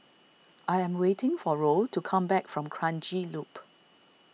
I am waiting for Roe to come back from Kranji Loop